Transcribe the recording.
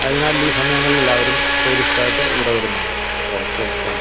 അതിനാൽ ഈ സമയങ്ങളിലെല്ലാവരും ടൂറിസ്റ്റായിട്ട് ഇവിടെ വരുന്നുണ്ട് ഓക്കെ താങ്ക് യൂ